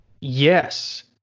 Yes